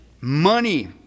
Money